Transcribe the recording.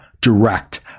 direct